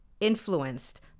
influenced